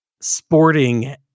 sporting